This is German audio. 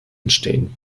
entstehen